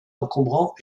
encombrants